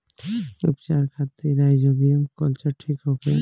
उपचार खातिर rhizobium culture ठीक होखे?